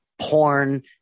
porn